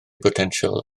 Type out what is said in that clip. botensial